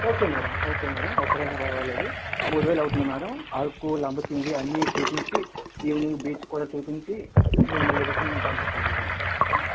okay madam okay madam ఒక్కరైనా పర్వాలేదు మూడువేలు అవుతుంది మేడం అరకు లంబసింగి అన్ని చూపించి ఈవెనింగ్ బీచ్ కూడా చూపించి మిమల్ని రిటర్న్ పంపిస్తాం మేడం